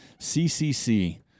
CCC